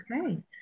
Okay